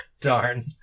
Darn